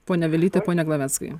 ponia vilyte pone glaveckai